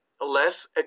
less